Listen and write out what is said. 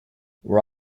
we’re